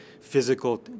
physical